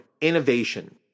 innovation